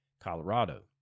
Colorado